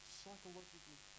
psychologically